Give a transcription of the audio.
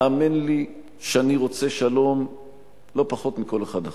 האמן לי שאני רוצה שלום לא פחות מכל אחד אחר.